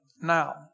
Now